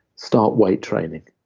start weight training,